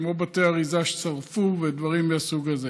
כמו בתי אריזה ששרפו ודברים מהסוג הזה.